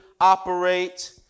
operate